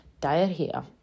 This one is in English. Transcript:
diarrhea